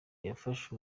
yafashe